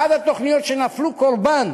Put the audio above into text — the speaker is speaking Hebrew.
אחת התוכניות שנפלו קורבן